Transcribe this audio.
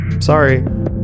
sorry